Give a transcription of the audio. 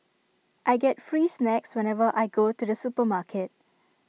I get free snacks whenever I go to the supermarket